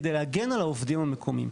כדי להגן על העובדים המקומיים.